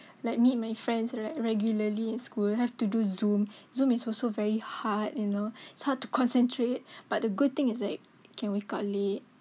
like meet my friends right regularly in school have to do Zoom Zoom is also very hard you know it's hard to concentrate but the good thing is like can wake up late